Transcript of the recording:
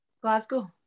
Glasgow